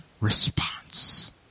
response